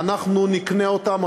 ואנחנו נקנה אותן.